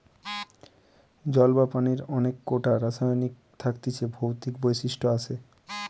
জল বা পানির অনেক কোটা রাসায়নিক থাকতিছে ভৌতিক বৈশিষ্ট আসে